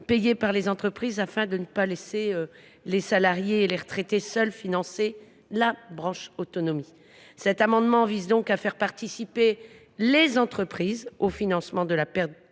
payée par les entreprises, afin de ne pas laisser les salariés et les retraités financer, seuls, la branche autonomie. Il s’agit donc de faire participer les entreprises au financement de cette